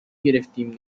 گرفتیم